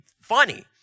funny